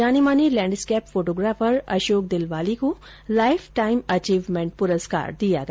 जाने माने landscape photographer Ashok Dilwali को लाइफ टाइम अचीवमेंट प्रस्कार दिया गया